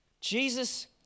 Jesus